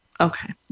Okay